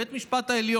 בית המשפט העליון: